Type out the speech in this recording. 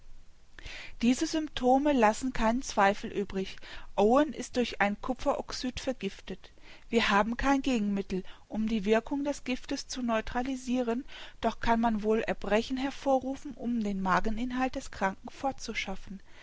diese symptome lassen keinen zweifel übrig owen ist durch ein kupferoxyd vergiftet wir haben kein gegenmittel um die wirkung des giftes zu neutralisiren doch kann man wohl erbrechen hervorrufen um den mageninhalt des kranken